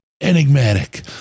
enigmatic